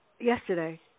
yesterday